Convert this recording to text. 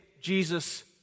Jesus